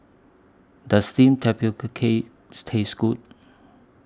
Does Steamed Tapioca Cake Taste Good